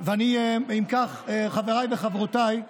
עבר הזמן.